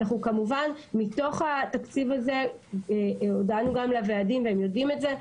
כמובן אנחנו מתוך התקציב הזה הודענו גם לוועדים והם יודעים את זה,